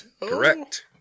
Correct